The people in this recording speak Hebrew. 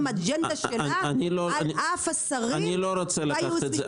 לאנשי המשרד: "אתם ממשיכים לפעול לפי המדיניות שקבעתי,